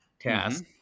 task